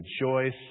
rejoice